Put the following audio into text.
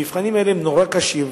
המבחנים האלה הם נורא קשים,